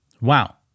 Wow